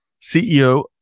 CEO